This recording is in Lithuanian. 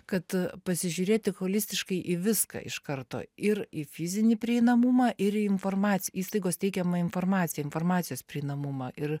kad pasižiūrėti cholistiškai į viską iš karto ir į fizinį prieinamumą ir į informaci įstaigos teikiamą informaciją informacijos prieinamumą ir